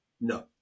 No